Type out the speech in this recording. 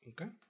Okay